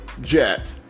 jet